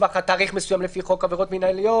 שהוסמך עד תאריך מסוים לפי חוק עבירות מנהליות,